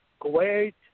Kuwait